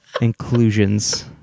...inclusions